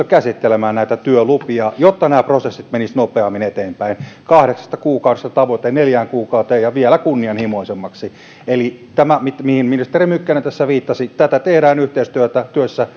käsittelemään näitä työlupia jotta nämä prosessit menisivät nopeammin eteenpäin kahdeksasta kuukaudesta tavoite neljään kuukauteen ja vielä kunnianhimoisemmaksi eli tätä mihin ministeri mykkänen tässä viittasi tehdään yhteistyössä